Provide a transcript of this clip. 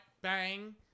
Bang